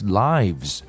lives